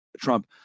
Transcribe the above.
Trump